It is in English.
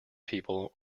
people